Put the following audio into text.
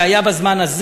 זה היה בזמן הזה?